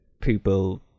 people